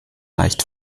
leicht